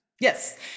Yes